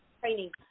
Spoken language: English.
training